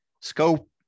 scope